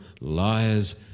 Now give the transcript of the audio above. liars